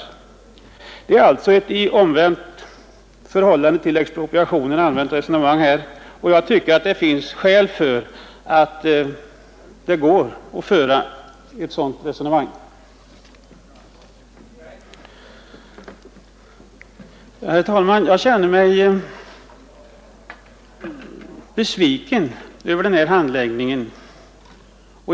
Här är det alltså ett omvänt förhållande gentemot ex propriationslagens allmänna princip, och jag tycker att det finns skäl för att föra ett sådant resonemang. Herr talman!